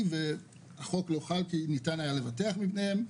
והחוק לא חל כי ניתן היה לבטח מפניהם.